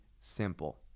simple